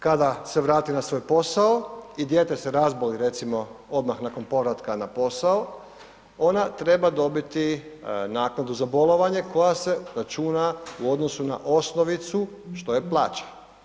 Kada se vrati na svoj posao, i dijete se razboli recimo odmah nakon povratka na posao, ona treba dobiti naknadu za bolovanje koja se računa u odnosu na osnovicu što je plaća.